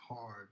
hard